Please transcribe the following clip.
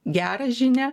gerą žinią